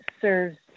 serves